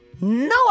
no